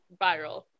viral